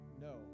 No